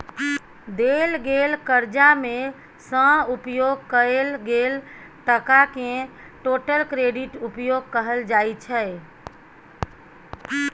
देल गेल करजा मे सँ उपयोग कएल गेल टकाकेँ टोटल क्रेडिट उपयोग कहल जाइ छै